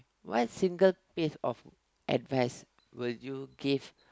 what single piece of advice would you give